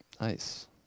Nice